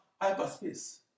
hyperspace